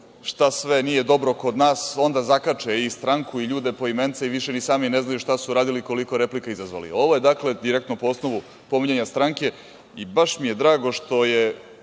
šta sve nije dobro kod nas, onda zakače i stranku i ljude poimence i više ni sami ne znaju šta su uradili i koliko replika izazvali. Ovo je direktno po osnovu pominjanja stranke. I baš mi je drago što je